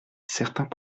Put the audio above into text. certains